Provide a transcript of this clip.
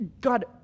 God